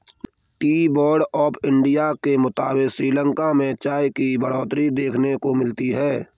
T Board of India के मुताबिक़ श्रीलंका में चाय की बढ़ोतरी देखने को मिली है